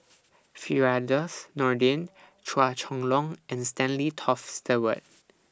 Firdaus Nordin Chua Chong Long and Stanley Toft Stewart